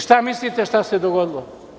Šta mislite šta se dogodilo?